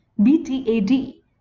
BTAD